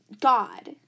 God